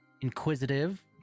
inquisitive